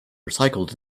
recycled